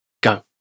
Go